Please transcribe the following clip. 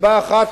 סיבה אחת,